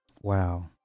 Wow